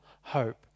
hope